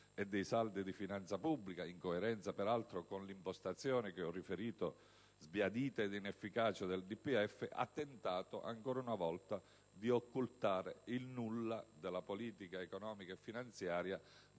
e dei saldi di finanza pubblica (coerentemente peraltro con l'impostazione che ho riferito sbiadita ed inefficace del DPEF), ha tentato ancora una volta di occultare il nulla della politica economica e finanziaria,